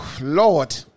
Lord